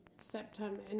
September